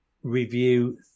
review